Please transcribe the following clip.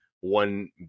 one